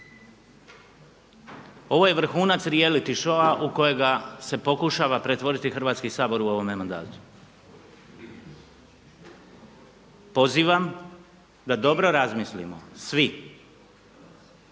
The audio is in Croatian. Ovo je vrhunac reality showa u kojega se pokušava pretvoriti Hrvatski sabor u ovome mandatu. Pozivam da dobro razmislimo svi